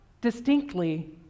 distinctly